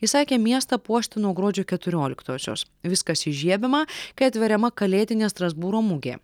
įsakė miestą puošti nuo gruodžio keturioliktosios viskas įžiebiama kai atveriama kalėdinė strasbūro mugė